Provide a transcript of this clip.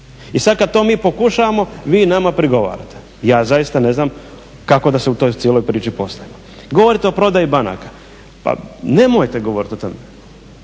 I sad kad to mi pokušavamo vi nama prigovarate. Ja zaista ne znam kako da se u toj cijeloj priči postavim. Govorite o prodaji banaka, pa nemojte govorit o tome.